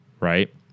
right